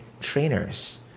trainers